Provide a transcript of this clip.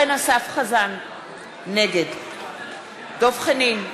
נגד דב חנין,